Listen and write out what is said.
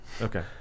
okay